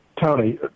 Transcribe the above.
Tony